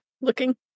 looking